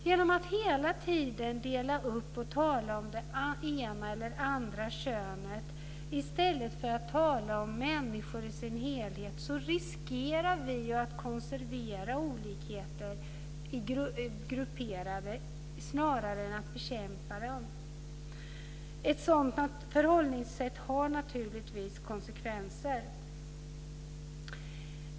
Genom att hela tiden dela upp och tala om det ena eller andra könet i stället för att tala om människor i sin helhet riskerar vi att konservera olikheter snarare än att bekämpa dem. Ett sådant förhållningssätt har naturligtvis konsekvenser.